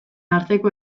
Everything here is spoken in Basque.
arteko